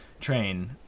train